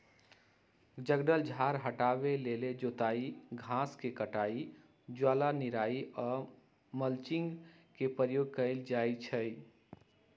जङगल झार हटाबे के लेल जोताई, घास के कटाई, ज्वाला निराई आऽ मल्चिंग के प्रयोग कएल जाइ छइ